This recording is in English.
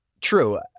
True